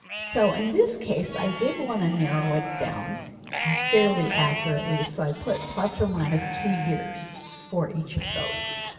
so in this case i did want to narrow it down a fairly accurately. so i put plus or minus two years for each of those